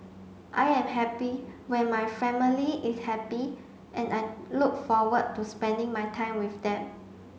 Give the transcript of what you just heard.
I am happy when my family is happy and I look forward to spending my time with them